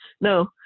No